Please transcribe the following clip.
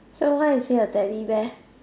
so why is he a Teddy bear